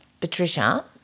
Patricia